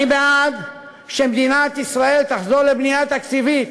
אני בעד שמדינת ישראל תחזור לבנייה תקציבית,